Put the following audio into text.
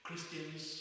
Christians